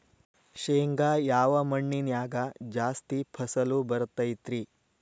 ಶೇಂಗಾ ಯಾವ ಮಣ್ಣಿನ್ಯಾಗ ಜಾಸ್ತಿ ಫಸಲು ಬರತೈತ್ರಿ?